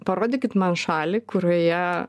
parodykit man šalį kurioje